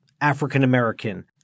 African-American